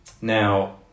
Now